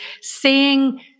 seeing